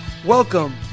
Welcome